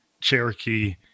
Cherokee